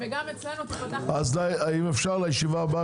אם אפשר לישיבה הבאה,